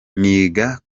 niga